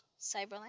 Cyberlink